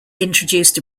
introduced